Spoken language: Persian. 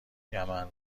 یمن